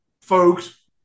folks